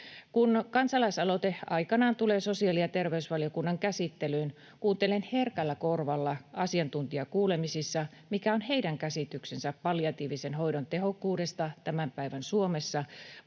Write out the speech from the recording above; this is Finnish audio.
Kun kansalaisaloite aikanaan tulee sosiaali- ja terveysvaliokunnan käsittelyyn, kuuntelen herkällä korvalla asiantuntijakuulemisissa, mikä on heidän käsityksensä palliatiivisen hoidon tehokkuudesta tämän päivän Suomessa.